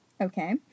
okay